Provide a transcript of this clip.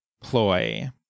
ploy